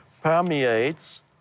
permeates